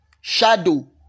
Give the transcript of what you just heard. shadow